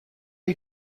you